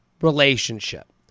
relationship